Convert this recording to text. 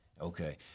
okay